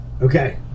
Okay